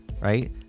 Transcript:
right